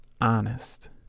honest